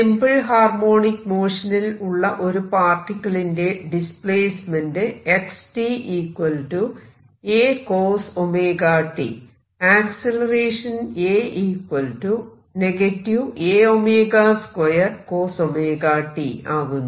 simple harmonic motion നിൽ ഉള്ള ഒരു പാർട്ടിക്കിളിന്റെ ഡിസ്പ്ലേസ്മെന്റ് ആക്സിലറേഷൻ ആകുന്നു